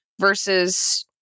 versus